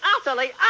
utterly